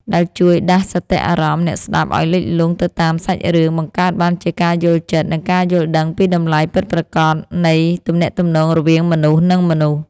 ដែលជួយដាស់សតិអារម្មណ៍អ្នកស្ដាប់ឱ្យលិចលង់ទៅតាមសាច់រឿង បង្កើតបានជាការយល់ចិត្ត និងការយល់ដឹងពីតម្លៃពិតប្រាកដនៃទំនាក់ទំនងរវាងមនុស្ស និងមនុស្ស។